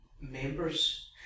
members